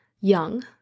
young